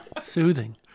Soothing